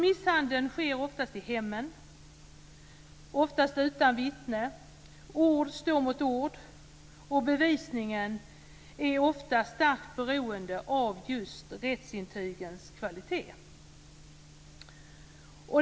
Misshandeln sker oftast i hemmen, oftast utan vittne, ord står mot ord och bevisningen är ofta starkt beroende av just rättsintygens kvalitet.